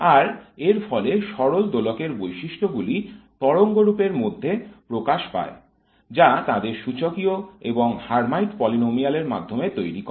আর এর ফলে সরল দোলকের বৈশিষ্ট্য গুলি তরঙ্গরূপের মধ্যে প্রকাশ পায় যা তাদের সূচকীয় এবং হার্মাইট পলিনোমিয়াল এর মাধ্যমে তৈরি করে